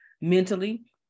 mentally